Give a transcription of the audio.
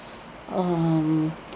um